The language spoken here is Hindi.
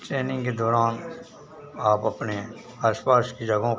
ट्रेनिंग के दौरान आप अपने आस पास की जगहों